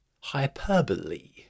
hyperbole